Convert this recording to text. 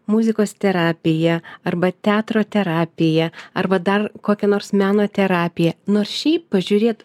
muzikos terapija arba teatro terapija arba dar kokia nors meno terapija nors šiaip pažiūrėt